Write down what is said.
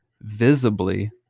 visibly